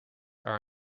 are